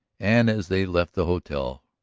and as they left the hotel,